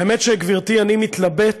האמת, גברתי, שאני מתלבט